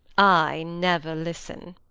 i never listen!